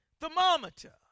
thermometer